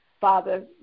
Father